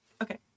Okay